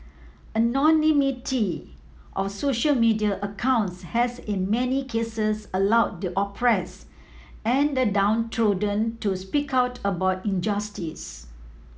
anonymity of social media accounts has in many cases allowed the oppress and the downtrodden to speak out about injustice